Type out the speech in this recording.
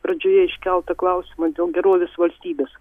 pradžioje iškeltą klausimą dėl gerovės valstybės